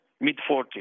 mid-40s